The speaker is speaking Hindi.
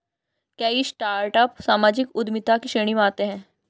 कई स्टार्टअप सामाजिक उद्यमिता की श्रेणी में आते हैं